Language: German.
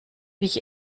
wich